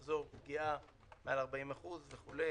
מחזור פגיעה מעל 40% וכו'.